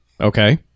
Okay